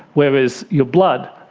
whereas your blood,